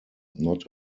not